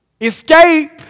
Escape